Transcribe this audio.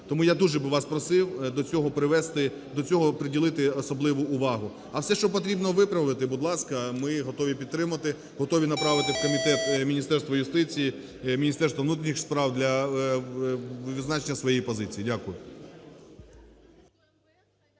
Тому я дуже би вас просив до цього привести… до цього приділити особливу увагу. А все, що потрібно виправити, будь ласка, ми готові підтримати, готові направити в комітет, в Міністерство юстиції, в Міністерство внутрішніх справ для визначення своєї позиції. Дякую.